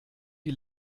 die